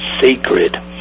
sacred